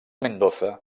mendoza